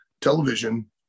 television